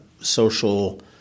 social